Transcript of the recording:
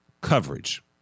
coverage